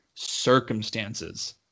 Circumstances